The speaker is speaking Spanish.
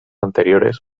anteriores